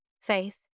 Faith